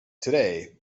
today